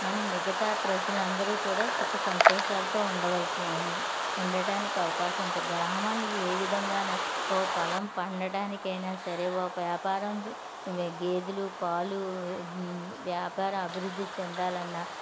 మనం మిగతా ప్రజలు అందరు కూడా సుఖ సంతోషాలతో ఉండవలసిన ఉండ ఉండడానికి అవకాశం ఉంటుంది గ్రామాలు ఏ విధంగా ఒక పొలం పండడానికి అయినా సరే ఒక వ్యాపారం చే వే గేదెలు పాలు వ్యాపారం అభివృద్ధి చెందాలన్నా